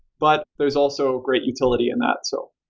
but there's also great utility in that. so